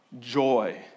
joy